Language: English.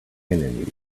enemies